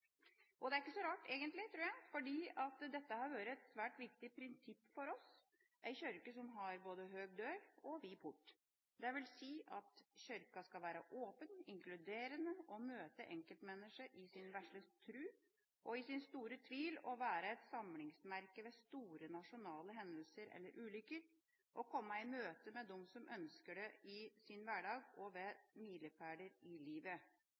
Det er egentlig ikke så rart, tror jeg, for dette har vært et svært viktig prinsipp for oss: en kirke som har både høy dør og vid port. Det vil si at Kirken «skal være åpen, inkluderende og møte enkeltmennesket i sin vesle tro og sin store tvil, være et samlingsmerke ved nasjonale storhendinger eller ulykker, og komme i møte de som ønsker det i deres hverdag og ved milepælene i livet».